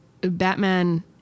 Batman